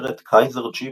מתוצרת Kaiser Jeep,